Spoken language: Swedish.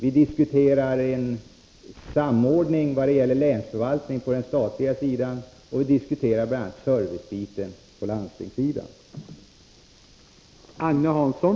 Vi diskuterar vidare en samordning i vad gäller länsförvaltningen på den statliga sidan, och vi diskuterar bl.a. servicebiten på landstingssidan.